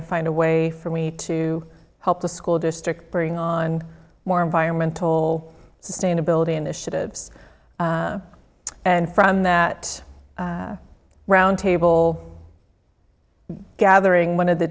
to find a way for me to help the school district bring on more environmental sustainability initiatives and from that roundtable gathering one of the